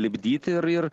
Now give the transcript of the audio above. lipdyti ir ir